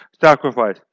sacrifice